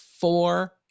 four